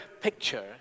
picture